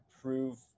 prove